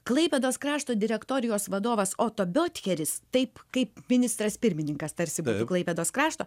klaipėdos krašto direktorijos vadovas oto biotcheris taip kaip ministras pirmininkas tarsi būtų klaipėdos krašto